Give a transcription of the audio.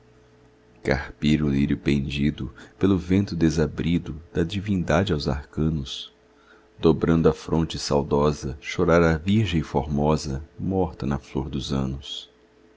o lírio pendido pelo vento desabrido da divindade aos arcanos dobrando a fronte saudosa chorar a virgem formosa morta na flor dos anos